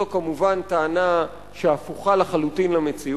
זו כמובן טענה שהפוכה לחלוטין למציאות.